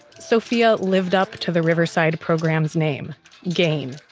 sophia lived up to the riverside programs, name gain.